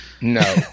No